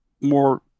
more